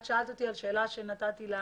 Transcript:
את שאלת אותי שאלה שכבר נתתי לה